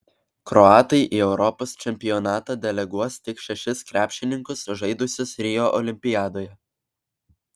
kroatai į europos čempionatą deleguos tik šešis krepšininkus žaidusius rio olimpiadoje